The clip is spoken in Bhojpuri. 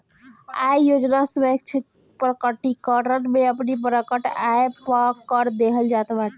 आय योजना स्वैच्छिक प्रकटीकरण में अपनी प्रकट आय पअ कर देहल जात बाटे